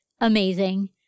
amazing